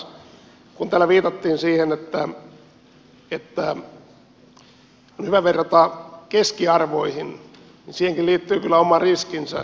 kun täällä viitattiin siihen että on hyvä verrata keskiarvoihin siihenkin liittyy kyllä oma riskinsä